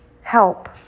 help